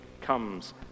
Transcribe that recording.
comes